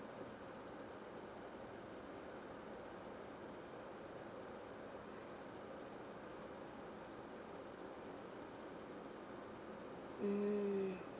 mm